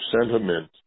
sentiment